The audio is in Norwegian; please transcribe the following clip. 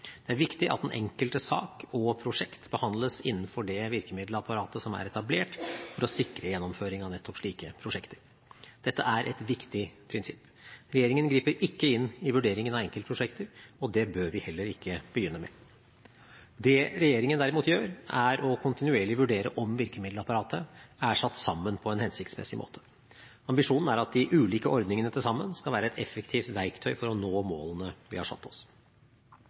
Det er viktig at den enkelte sak og det enkelte prosjekt behandles innenfor det virkemiddelapparatet som er etablert for å sikre gjennomføring av nettopp slike prosjekter. Dette er et viktig prinsipp. Regjeringen griper ikke inn i vurderingen av enkeltprosjekter, og det bør vi heller ikke begynne med. Det regjeringen derimot gjør, er å kontinuerlig vurdere om virkemiddelapparatet er satt sammen på en hensiktsmessig måte. Ambisjonen er at de ulike ordningene til sammen skal være et effektivt verktøy for å nå målene vi har satt oss.